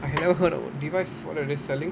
I have never heard of device what are they selling